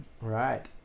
Right